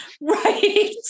Right